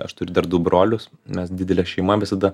aš turiu dar du brolius mes didelė šeima visada